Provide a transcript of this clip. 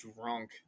drunk